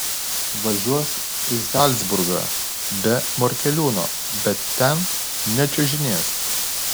važiuos į zalcburgą be morkeliūno bet ten nečiuožinės